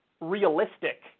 realistic